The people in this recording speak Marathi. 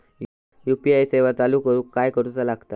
यू.पी.आय सेवा चालू करूक काय करूचा लागता?